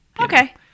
Okay